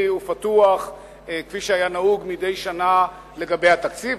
ופתוח כפי שהיה נהוג מדי שנה לגבי התקציב.